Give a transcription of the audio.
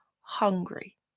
hungry